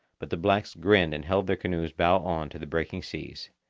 but the blacks grinned and held their canoes bow-on to the breaking seas.